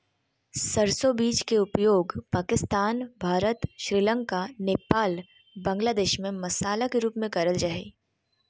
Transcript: सरसो बीज के उपयोग पाकिस्तान, भारत, श्रीलंका, नेपाल, बांग्लादेश में मसाला के रूप में करल जा हई